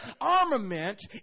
armament